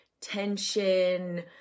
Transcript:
tension